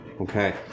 Okay